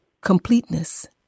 completeness